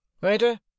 Waiter